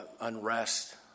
unrest